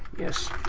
yes.